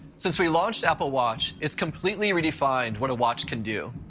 since we launched apple watch, it's completely redefined what a watch can do,